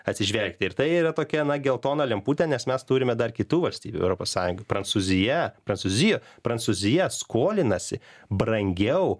atsižvelgti ir tai yra tokia na geltoną lemputė nes mes turime dar kitų valstybių europos sąjunga prancūzija prancūzija prancūzija skolinasi brangiau